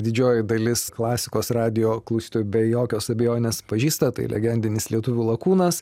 didžioji dalis klasikos radijo klausytojų be jokios abejonės pažįsta tai legendinis lietuvių lakūnas